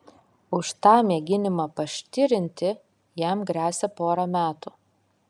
už tą mėginimą paštirinti jam gresia pora metų